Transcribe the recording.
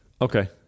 okay